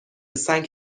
سنگ